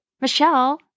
Michelle